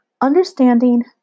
Understanding